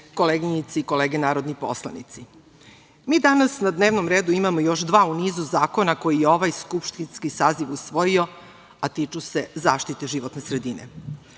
koleginice i kolege narodni poslanici, mi danas na dnevnom redu imamo još dva u nizu zakona koji je ovaj skupštinski saziv usvojio, a tiču se zaštite životne sredine.